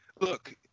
look